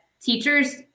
teachers